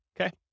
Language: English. Okay